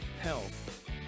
health